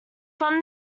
from